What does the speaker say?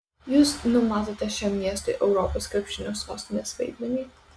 jūs numatote šiam miestui europos krepšinio sostinės vaidmenį